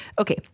okay